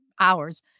hours